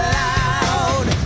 loud